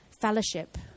fellowship